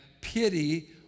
pity